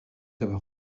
avoir